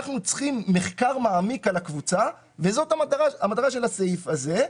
אנחנו צריכים מחקר מעמיק על הקבוצה וזאת המטרה של הסעיף הזה.